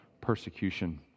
persecution